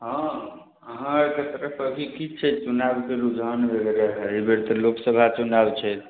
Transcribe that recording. हँ अहाँकेँ तरफ अथी की छै चुनाओके रुझान वगैरह एहिबेर तऽ लोकसभा चुनाओ छै